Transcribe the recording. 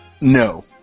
No